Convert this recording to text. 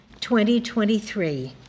2023